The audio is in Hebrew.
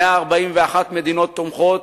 141 מדינות תומכות,